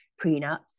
prenups